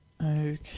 Okay